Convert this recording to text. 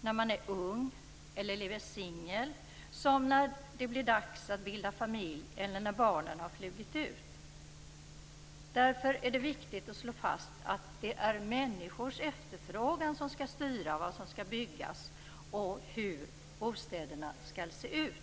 när man är ung eller lever singel som när det blir dags att bilda familj eller när barnen har flugit ut. Därför är det viktigt att slå fast att det är människors efterfrågan som skall styra vad som skall byggas och hur bostäderna skall se ut.